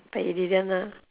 but you didn't lah